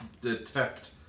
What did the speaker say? detect